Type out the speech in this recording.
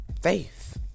faith